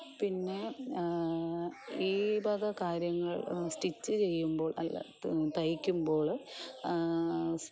പിന്നെ ഈ വക കാര്യങ്ങൾ സ്റ്റിച്ച് ചെയ്യുമ്പോൾ അത് തയ്ക്കുമ്പോൾ